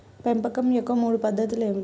పెంపకం యొక్క మూడు పద్ధతులు ఏమిటీ?